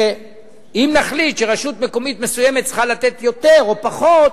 ואם נחליט שרשות מקומית מסוימת צריכה לתת יותר או פחות,